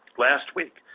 last week,